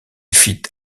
fit